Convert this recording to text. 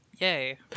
Yay